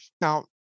Now